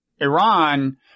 Iran